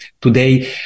today